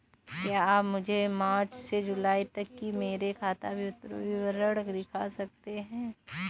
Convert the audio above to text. क्या आप मुझे मार्च से जूलाई तक की मेरे खाता का विवरण दिखा सकते हैं?